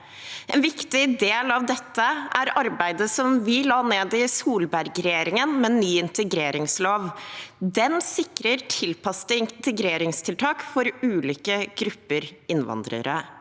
En viktig del av dette er arbeidet som vi la ned i Solberg-regjeringen, med ny integreringslov. Den sikrer tilpasset integreringstiltak for ulike grupper innvandrere.